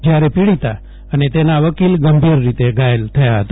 જ્યારે પીડીતા અને તેના વકીલ ગંભીર રીતે ધાયલ થયા હતા